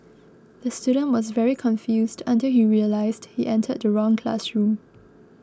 the student was very confused until he realised he entered the wrong classroom